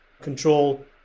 control